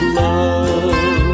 love